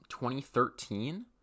2013